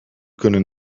kunnen